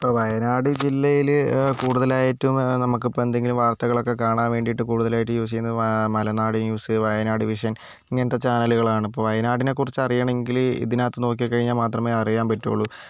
ഇപ്പോൾ വയനാട് ജില്ലയിൽ കൂടുതലായിട്ടും നമുക്കിപ്പോൾ എന്തെങ്കിലും വാർത്തകളൊക്കെ കാണാൻ വേണ്ടിയിട്ട് കൂടുതലായിട്ട് യൂസ് ചെയ്യുന്നത് വാ മലനാടൻ ന്യൂസ് വയനാട് വിഷൻ ഇങ്ങനത്തെ ചാനലുകളാണ് ഇപ്പോൾ വയനാടിനെക്കുറിച്ച് അറിയണമെങ്കിൽ ഇതിനകത്ത് നോക്കിക്കഴിഞ്ഞാൽ മാത്രമേ അറിയാൻ പറ്റുള്ളൂ